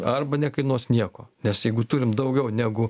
arba nekainuos nieko nes jeigu turim daugiau negu